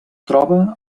troba